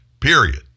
Period